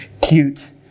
cute